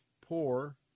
poor